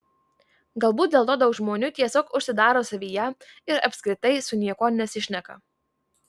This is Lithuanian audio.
galbūt dėl to daug žmonių tiesiog užsidaro savyje ir apskritai su niekuo nesišneka